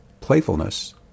playfulness